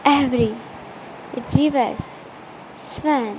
every Jeeves Sven